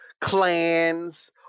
clans